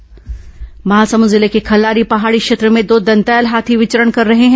हाथी आतंक महासमुंद जिले के खल्लारी पहाड़ी क्षेत्र में दो दंतैल हाथी विचरण कर रहे हैं